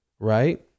Right